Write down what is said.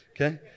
okay